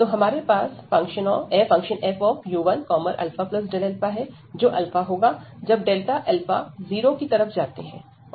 तो हमारे पास fu1α है जो होगा जब डेल्टा जीरो की तरफ जाते हैं